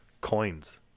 coins